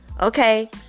okay